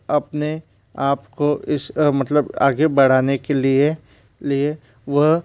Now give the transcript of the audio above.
अपने आप को इस मतलब आगे बढ़ाने के लिए लिए वह